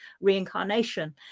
reincarnation